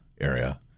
area